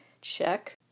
Check